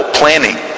planning